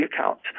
accounts